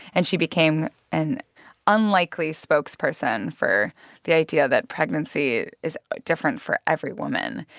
and she became an unlikely spokesperson for the idea that pregnancy is different for every woman.